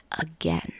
again